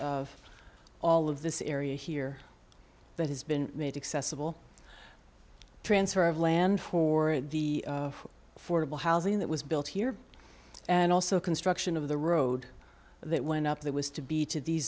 of all of this area here that has been made accessible transfer of land for the fordable housing that was built here and also construction of the road that went up that was to be to the